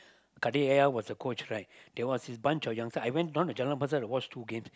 Kadir Yahaya was the coach right there was this bunch of youngsters I went down to Jalan-Besar to watch two games